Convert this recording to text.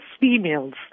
females